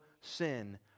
sin